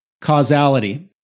Causality